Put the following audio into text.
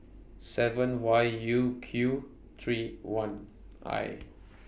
seven Y U Q three one I